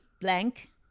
blank